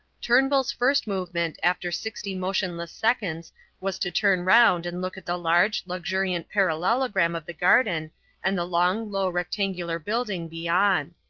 turnbull's first movement after sixty motionless seconds was to turn round and look at the large, luxuriant parallelogram of the garden and the long, low rectangular building beyond.